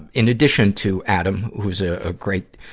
and in addition to adam, who's a ah great,